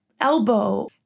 elbow